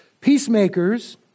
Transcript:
Peacemakers